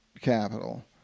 capital